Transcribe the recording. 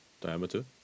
diameter